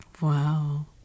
Wow